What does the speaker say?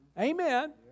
Amen